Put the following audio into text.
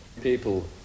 people